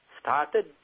started